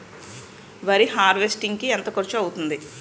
వరి హార్వెస్టింగ్ కి ఎంత ఖర్చు అవుతుంది?